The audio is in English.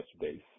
base